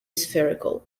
spherical